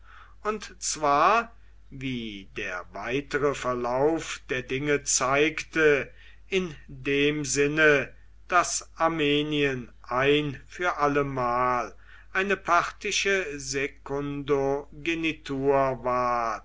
und zwar wie der weitere verlauf der dinge zeigte in dem sinne daß armenien ein für allemal eine parthische sekundogenitur ward